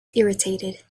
irritated